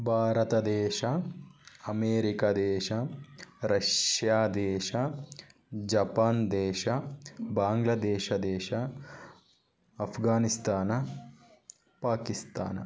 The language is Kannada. ಭಾರತ ದೇಶ ಅಮೇರಿಕ ದೇಶ ರಷ್ಯಾ ದೇಶ ಜಪಾನ್ ದೇಶ ಬಾಂಗ್ಲದೇಶ ದೇಶ ಅಫ್ಘಾನಿಸ್ತಾನ ಪಾಕಿಸ್ತಾನ